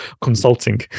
consulting